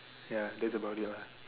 ya that's about it lah